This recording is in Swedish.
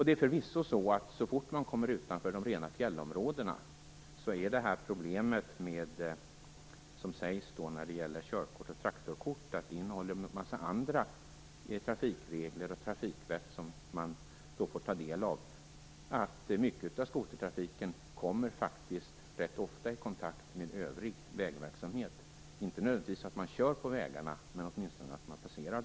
Det sägs att problemet med körkort och traktorkort är att man får ta del av en massa andra trafikregler och annat trafikvett. Mycket av skotertrafiken kommer faktiskt rätt ofta, så fort den kommer utanför de rena fjällområdena, i kontakt med övrig vägverksamhet. Det är inte nödvändigtvis så att man kör på vägarna, men man passerar dem åtminstone.